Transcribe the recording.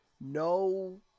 No